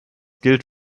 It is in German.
gilt